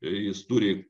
jis turi